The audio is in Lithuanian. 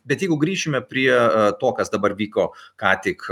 bet jeigu grįšime prie to kas dabar vyko ką tik